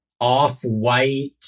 off-white